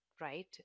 right